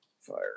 Fire